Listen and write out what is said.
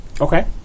Okay